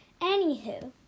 anywho